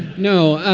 no,